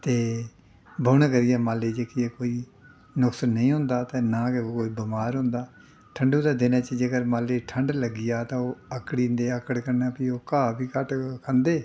ते बौह्ने करियै माल्लै गी जेह्की ऐ कोई नुक्स नेईं होंदा ते नां गै कोई बमार होंदा ठंडु दे दिनें च जेकर माल्लै गी ठंड लग्गी जाऽ तां ओह् आकड़ी जंदे आकड़ कन्नै फ्ही ओह् घाऽ बी घट्ट खंदे